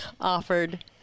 offered